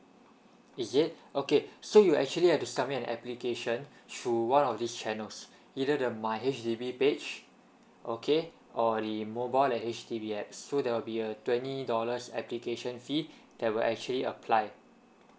is it okay so you actually have to submit an application through one of these channels either the my H_D_B page okay or the mobile at H_D_B apps so there will be a twenty dollars application fee there were actually apply